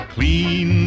Clean